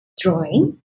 drawing